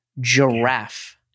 Giraffe